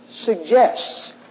suggests